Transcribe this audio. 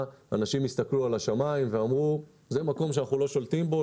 אנשים הסתכלו על השמים ואמרו: זה מקום שאנחנו לא שולטים בו,